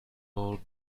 old